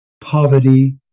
poverty